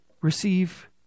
receive